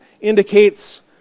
indicates